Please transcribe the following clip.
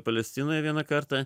palestinoj vieną kartą